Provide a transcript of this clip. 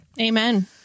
amen